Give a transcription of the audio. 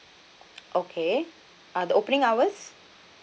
okay uh the opening hours